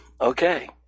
okay